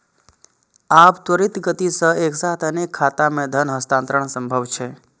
आब त्वरित गति सं एक साथ अनेक खाता मे धन हस्तांतरण संभव छै